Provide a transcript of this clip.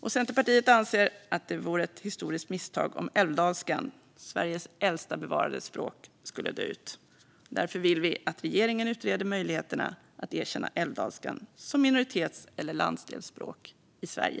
Centerpartiet anser att det vore ett historiskt misstag om älvdalskan - Sveriges äldsta bevarade språk - skulle dö ut. Därför vill Centerpartiet att regeringen utreder möjligheterna att erkänna älvdalskan som minoritets eller landsdelsspråk i Sverige.